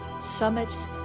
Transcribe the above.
summits